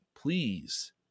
please